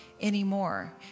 anymore